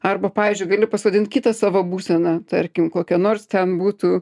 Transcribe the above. arba pavyzdžiui gali pasodint kitą savo būseną tarkim kokia nors ten būtų